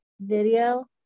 video